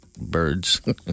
birds